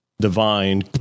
divine